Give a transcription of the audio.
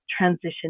transition